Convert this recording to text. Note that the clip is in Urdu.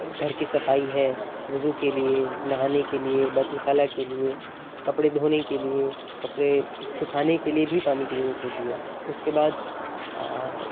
گھر کی صفائی ہے وضو کے لیے نہانے کے لیے بیت الخلاء کے لیے کپڑے دھونے کے لیے کپڑے سکھانے کے لیے بھی پانی کی ضرورت ہوتی ہے اس کے بعد